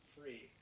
free